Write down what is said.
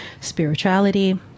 spirituality